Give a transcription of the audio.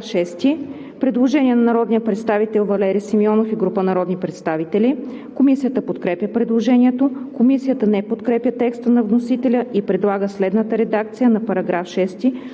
6 има предложение на народния представител Валери Симеонов и група народни представители. Комисията подкрепя предложението. Комисията не подкрепя текста на вносителя и предлага следната редакция на § 6,